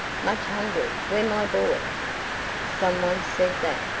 much hungry where my boy some one said that?